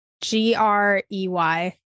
g-r-e-y